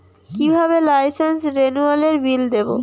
কিভাবে লাইসেন্স রেনুয়ালের বিল দেবো?